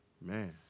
Man